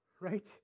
right